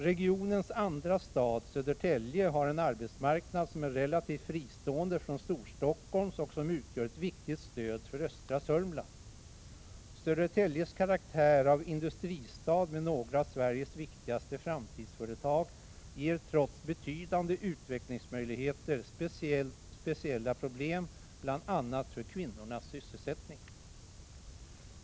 Regionens andra stad, Södertälje, har en arbetsmarknad som är relativt fristående från Storstockholms och som utgör ett viktigt stöd för östra Södermanland. Södertäljes karaktär av industristad med några av Sveriges viktigaste framtidsföretag ger trots betydande utvecklingsmöjligheter speciella problem, bl.a. för kvinnornas sysselsättning.